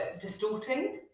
distorting